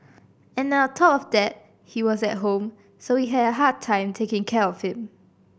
and then on top of that he was at home so we had a hard time taking care of him